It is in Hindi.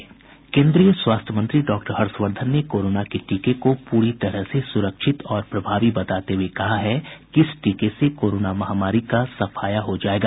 केन्द्रीय स्वास्थ्य मंत्री डॉक्टर हर्षवर्धन ने कोरोना के टीके को पूरी तरह से सुरक्षित और प्रभावी बताते हुए कहा है कि इस टीके से कोरोना महामारी का सफाया जो जायेगा